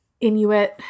Inuit